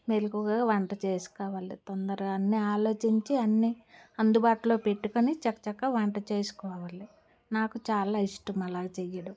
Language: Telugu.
మెలుకువగా వంట చేసుకోవాలి తొందరగా అన్ని ఆలోచించి అన్ని అందుబాటులో పెట్టుకొని చకచకా వంట చేసుకోవాలి నాకు చాలా ఇష్టం అలాగ చెయ్యడం